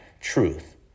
truth